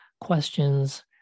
questions